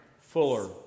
Fuller